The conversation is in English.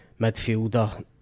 midfielder